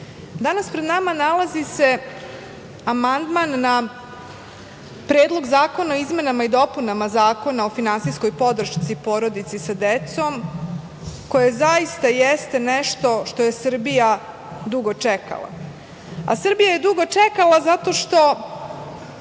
danas se pred nama nalazi amandman na Predlog zakona o izmenama i dopunama Zakona o finansijskoj podršci porodici sa decom što zaista jeste nešto što je Srbija dugo čekala. Srbija je dugo čekala zato što